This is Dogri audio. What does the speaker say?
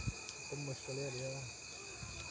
ते मुश्कल गै रेहा